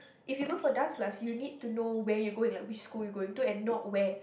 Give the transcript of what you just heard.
if you go for dance class you need to know where you going like which school you going to and not where